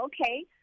okay